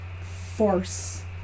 Force